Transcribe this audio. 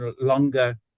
longer